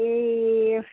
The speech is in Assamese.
এই